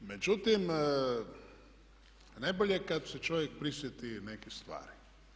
Međutim, najbolje je kada se čovjek prisjeti nekih stvari.